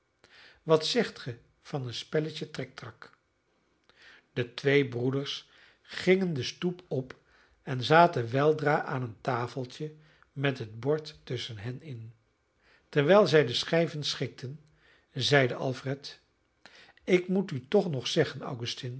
wat zegt ge van een spelletje triktrak de twee broeders gingen de stoep op en zaten weldra aan een tafeltje met het bord tusschen hen in terwijl zij de schijven schikten zeide alfred ik moet u toch nog zeggen